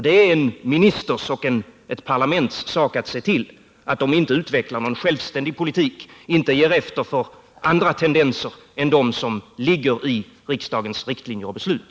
Det är en ministers och och ett parlaments sak att se till att de inte utvecklar någon självständig politik, inte ger efter för andra tendenser än de som ligger i riksdagens riktlinjer och beslut.